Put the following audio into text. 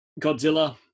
Godzilla